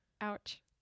Ouch